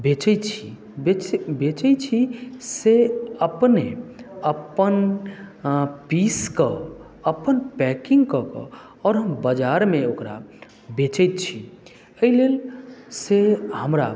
बेचै छी बेचै छी से अपने अपन पीस कऽ अपन पैकिंग कऽ कऽ आओर बाजारमे ओकरा बेचै छी एहि लेल से हमरा